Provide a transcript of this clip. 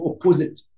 opposite